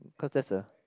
cause that's a